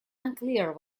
unclear